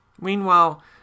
Meanwhile